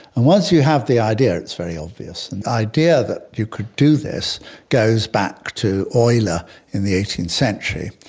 and once you have the idea, it's very obvious. and the idea that you could do this goes back to euler in the eighteenth century.